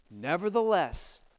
Nevertheless